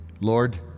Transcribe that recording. Lord